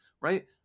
right